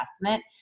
investment